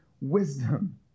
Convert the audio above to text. wisdom